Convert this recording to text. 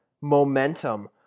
momentum